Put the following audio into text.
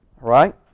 right